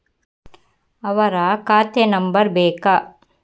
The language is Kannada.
ಅವರ ಖಾತೆ ನಂಬರ್ ಬೇಕಾ?